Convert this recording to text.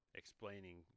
explaining